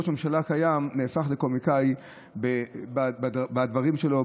ראש הממשלה הקיים נהפך לקומיקאי בדברים שלו,